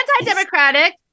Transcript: anti-democratic